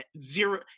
zero